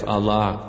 Allah